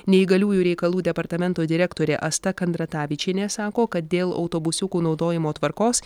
neįgaliųjų reikalų departamento direktorė asta kandratavičienė sako kad dėl autobusiukų naudojimo tvarkos